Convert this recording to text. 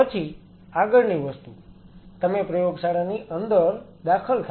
પછી આગળની વસ્તુ તમે પ્રયોગશાળાની અંદર દાખલ થાઓ